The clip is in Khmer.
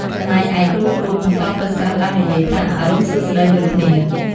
ចំណែកឯគ្រូៗនឹងតបទៅសិស្សដោយនិយាយថា "អរុណសួស្តី" ដូចគ្នា។